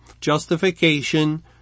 justification